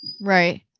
Right